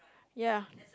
ya